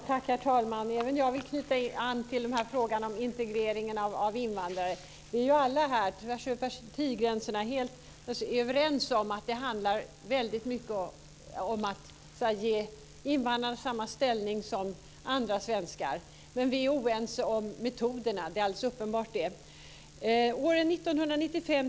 Herr talman! Även jag vill knyta an till frågan om integreringen av invandrare. Vi är alla här, tvärs över partigränserna, helt överens om att det väldigt mycket handlar om att ge invandrarna samma ställning som andra svenskar. Men vi är oense om metoderna. Det är alldeles uppenbart.